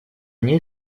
ней